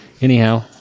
Anyhow